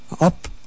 up